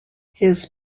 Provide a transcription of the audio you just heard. his